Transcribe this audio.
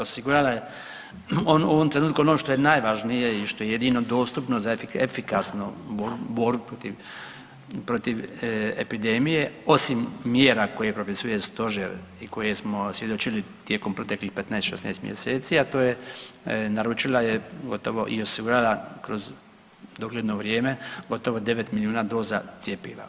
Osigurala je u ovom trenutku ono što je najvažnije i što je jedino dostupno za efikasnu borbu protiv epidemije osim mjera koje propisuje Stožer i kojoj smo svjedočili tijekom proteklih 15, 16 mjeseci a to je naručila je gotovo i osigurala kroz dogledno vrijeme gotovo 9 milijuna doza cjepiva.